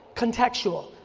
contextual.